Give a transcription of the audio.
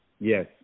Yes